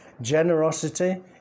generosity